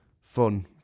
fun